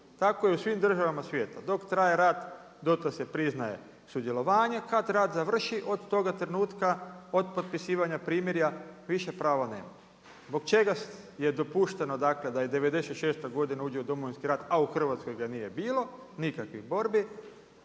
Tko je u svim državama svijeta. Dok traje rat, dotle se priznaje sudjelovanje, a kad rat završi od toga trenutka, od potpisivanja primirja, više prava nemaju. Zbog čega je dopušteno, dakle, da '96. godina uđe u Domovinski rat, a u Hrvatskoj ga nije bilo, nikakvih borbi.